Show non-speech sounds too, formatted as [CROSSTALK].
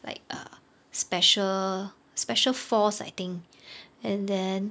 like a special special force I think [BREATH] and then